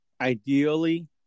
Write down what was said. ideally